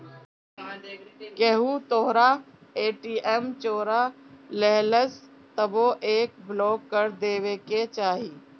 केहू तोहरा ए.टी.एम चोरा लेहलस तबो एके ब्लाक कर देवे के चाही